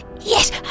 yes